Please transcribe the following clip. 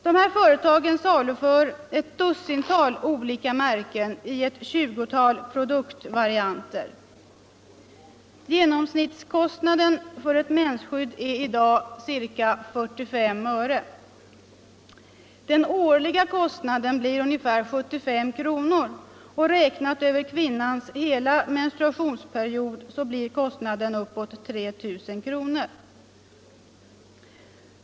De här företagen saluför ett dussintal olika märken i ett 20-tal produktvarianter. Genomsnittskostnaden för ett mensskydd är i dag ca 45 öre. Den årliga kostnaden blir ungefär 75 kr., och räknat över kvinnornas hela menstruationsperiod blir kostnden uppåt 3000 kr.